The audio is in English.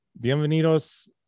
Bienvenidos